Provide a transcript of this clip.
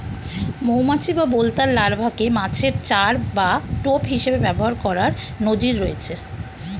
মৌমাছি বা বোলতার লার্ভাকে মাছের চার বা টোপ হিসেবে ব্যবহার করার নজির রয়েছে